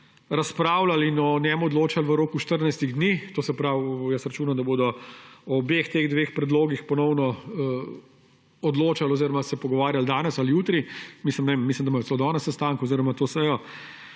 razpravljali in o njem odločili v roku 14 dni. To se pravi, jaz računam, da bodo o obeh predlogih ponovno odločali oziroma se pogovarjali danes ali jutri. Mislim, da imajo celo danes sestanek oziroma to sejo,